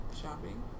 Shopping